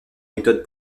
méthodes